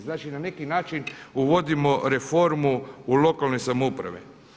Znači na neki način uvodimo reformu u lokalne samouprave.